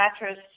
mattress